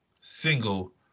single